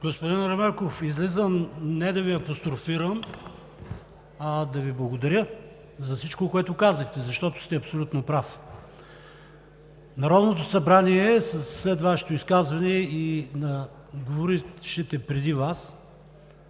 Господин Ерменков, излизам не да Ви апострофирам, а да Ви благодаря за всичко, което казахте, защото сте абсолютно прав. След Вашето изказване и говорившите преди Вас